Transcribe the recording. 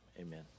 Amen